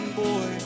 boy